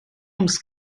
ums